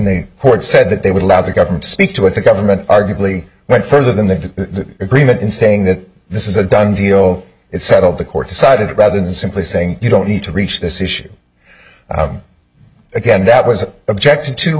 the court said that they would allow the government to speak to what the government arguably went further than the agreement in saying that this is a done deal it's settled the court decided rather than simply saying you don't need to reach this issue again that was object